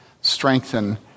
strengthen